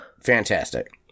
fantastic